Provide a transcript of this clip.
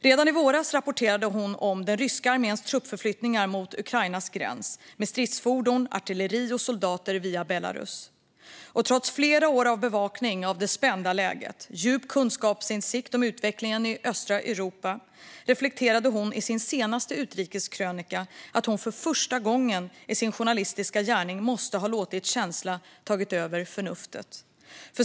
Redan i våras rapporterade hon om den ryska arméns truppförflyttningar mot Ukrainas gräns med stridsfordon, artilleri och soldater via Belarus. Trots flera år av bevakning av det spända läget och djup kunskapsinsikt om utvecklingen i östra Europa reflekterade hon i sin senaste utrikeskrönika över att hon för första gången i sin journalistiska gärning måste ha låtit känslan vinna över förnuftet.